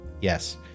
Yes